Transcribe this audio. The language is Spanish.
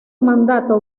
mandato